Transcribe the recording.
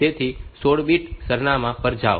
તેથી 16 બીટ સરનામાં પર જાઓ